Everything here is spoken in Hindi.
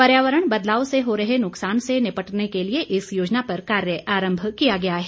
पर्यावरण बदलाव से हो रहे नुकसान से निपटने के लिए इस योजना पर कार्य आरंभ किया गया है